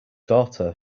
daughter